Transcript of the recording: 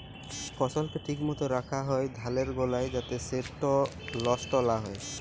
ফসলকে ঠিক মত রাখ্যা হ্যয় ধালের গলায় যাতে সেট লষ্ট লা হ্যয়